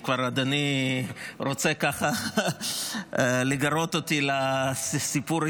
אם כבר אדוני רוצה ככה לגרות אותי לסיפור ההיסטורי,